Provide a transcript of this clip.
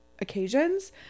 occasions